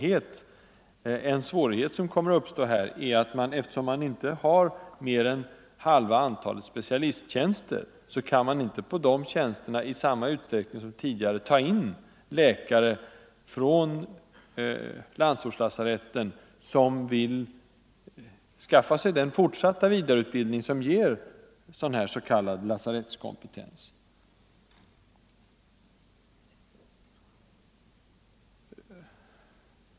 En svårighet som kommer att uppstå är att eftersom det i fortsättningen inte skall finnas mer än halva antalet specialisttjänster, kan man inte på de tjänsterna i samma utsträckning som tidigare ta in läkare från landsortslasaretten som vill skaffa sig den vidareutbildning som ger s.k. lasarettskompetens.